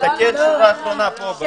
לא, תסתכל בשורה האחרונה פה.